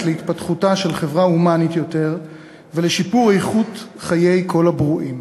להתפתחותה של חברה הומנית יותר ולשיפור איכות חיי כל הברואים.